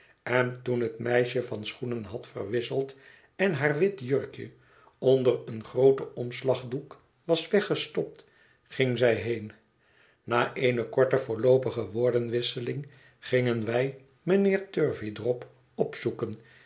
en toen het meisje van schoenen had verwisseld en haar wit jurkje onder een grooten omslagdoek was weggestopt ging zij heen na eene korte voorloopige woordenwisseling gingen wij mijnheer turveydrop opzoeken